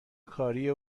کاریه